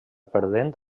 perdent